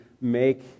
make